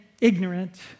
ignorant